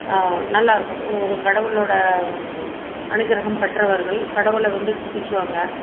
நல்லாயிருக்கும் ஒரு கடவுளோட அனுக்கிரகம் பெற்றவர்கள் கடவுளை வந்து துதிச்சவங்க